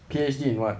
P_H_D in what